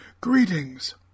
Greetings